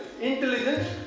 Intelligence